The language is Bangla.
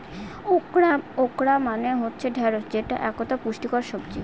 ওকরা মানে হচ্ছে ঢ্যাঁড়স যেটা একতা পুষ্টিকর সবজি